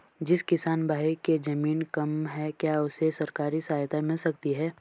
जिस किसान भाई के ज़मीन कम है क्या उसे सरकारी सहायता मिल सकती है?